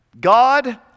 God